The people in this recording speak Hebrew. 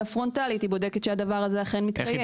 פרונטלית היא בודקת שהדבר הזה אכן מתקיים.